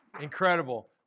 incredible